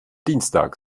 dienstag